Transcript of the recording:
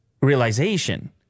realization